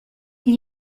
gli